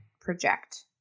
project